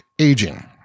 aging